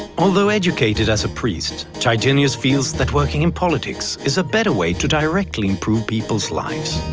although educated as a priest, chydenius feels that working in politics is a better way to directly improve people's lives.